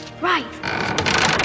Right